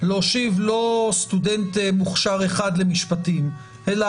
שישב לא סטודנט מוכשר אחד למשפטים אלא